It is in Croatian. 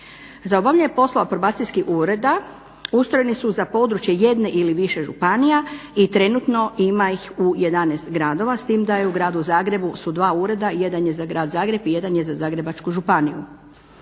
Za obavljanje poslova probacijskih ureda ustrojeni su za područje jedne ili više županija i trenutno ima ih u 11 gradova, s tim da je u Gradu Zagrebu su 2 ureda, jedan je za Grad Zagreb i jedan je za Zagrebačku županiju.